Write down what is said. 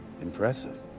Impressive